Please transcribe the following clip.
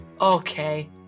okay